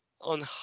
on